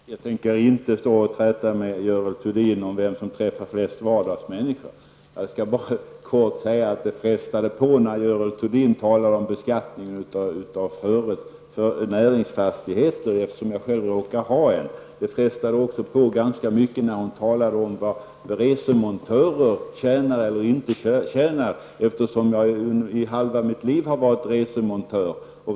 Fru talman! Jag tänker inte stå och träta med Görel Thurdin om vem som träffar flest vardagsmänniskor. Jag skall bara kortfattat säga att det frestade på när Görel Thurdin talade om beskattning av näringsfastigheter, eftersom jag själv råkar ha en. Det frestade också på ganska mycket när hon talade om vad resemontörer tjänar eller inte tjänar, eftersom jag i halva mitt liv har varit resemontör.